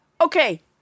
okay